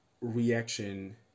reaction